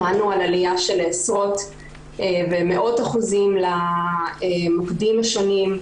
שמענו על עליה של עשרות ומאות אחוזים למוקדים השונים,